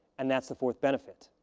and that's the fourth benefit.